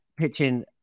pitching